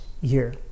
year